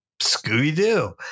Scooby-Doo